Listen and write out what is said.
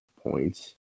points